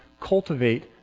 cultivate